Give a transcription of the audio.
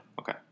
Okay